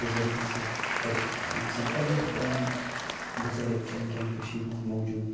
بُزرگن سۭتۍ کتھ کَرو یِم زن وارِیاہ پرٛانہِ بُزرٕگ چھِ وٕنۍکٮ۪ن کٔشیٖرِ منٛز موجوٗد